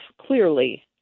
clearly